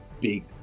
big